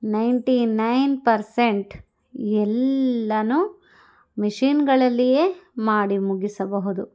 ninety nine percent ಎಲ್ಲ ಮಿಷೀನ್ನುಗಳಲ್ಲಿಯೇ ಮಾಡಿ ಮುಗಿಸಬಹುದು